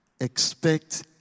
expect